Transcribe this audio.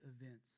events